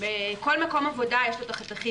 בכל מקום עבודה יש חתכים.